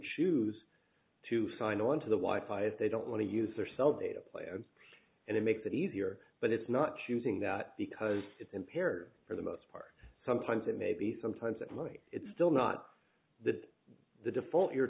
choose to sign on to the white high if they don't want to use their cell data plans and it makes it easier but it's not choosing that because it's impaired for the most part sometimes it may be sometimes that late it's still not that the default you're